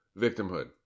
victimhood